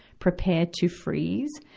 prepare to freeze.